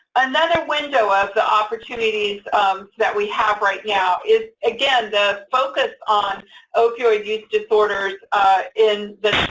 another window of the opportunities that we have right now is, again, the focus on opioid use disorders in